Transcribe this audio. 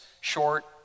short